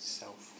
self